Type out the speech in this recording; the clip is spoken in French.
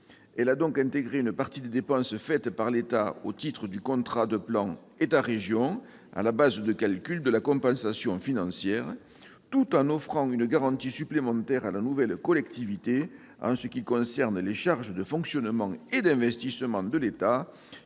Elle a donc intégré une partie des dépenses faites par l'État au titre du contrat de plan État-région à la base de calcul de la compensation financière, tout en offrant une garantie supplémentaire à la nouvelle collectivité en ce qui concerne les charges de fonctionnement et d'investissement de l'État